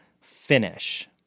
finish